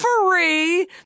free